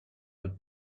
would